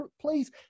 Please